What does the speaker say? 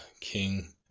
king